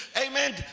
amen